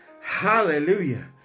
Hallelujah